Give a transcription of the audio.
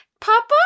Papa